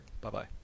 Bye-bye